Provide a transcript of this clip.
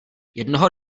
jednoho